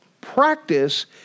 Practice